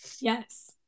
yes